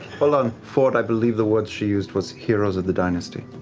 hold on, fjord, i believe the word she used was heroes of the dynasty.